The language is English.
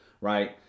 right